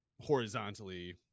horizontally